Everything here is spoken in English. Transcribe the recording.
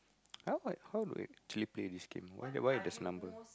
I like how like can we play this game why there why there's a number